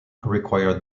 required